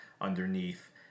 underneath